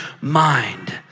mind